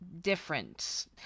different